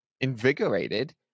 invigorated